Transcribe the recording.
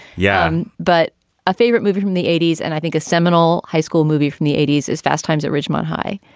yeah. but a favorite movie from the eighty s and i think a seminal high school movie from the eighty s is fast times at richemont high.